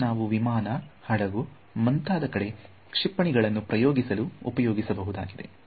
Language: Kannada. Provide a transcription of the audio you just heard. ಇದನ್ನು ನಾವು ವಿಮಾನ ಹಡಗು ಮುಂತಾದಕಡೆ ಕ್ಷಿಪಣಿಗಳನ್ನು ಪ್ರಯೋಗಿಸಲು ಉಪಯೋಗಿಸಬಹುದಾಗಿದೆ